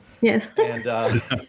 Yes